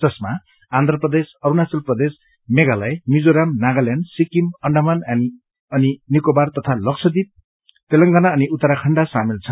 जसमा आन्ध्र प्रदेश अरूणाचल प्रदेश मेघालय मिजोरम नागाल्यण्ड सिक्किम अंडमान अनि निकोबार तथा लक्ष द्वीप तेलंगना अनि उत्तराखण्ड सामेल छन्